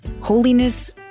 Holiness